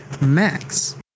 Max